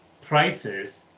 prices